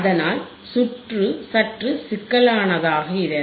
அதனால்சுற்று சற்று சிக்கலானதாகிறது